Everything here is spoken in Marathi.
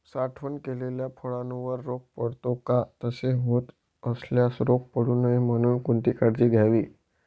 साठवण केलेल्या फळावर रोग पडतो का? तसे होत असल्यास रोग पडू नये म्हणून कोणती काळजी घ्यावी?